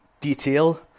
detail